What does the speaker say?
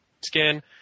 Skin